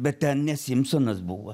bet ten ne simsonas buvo